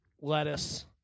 lettuce